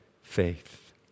faith